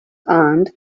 and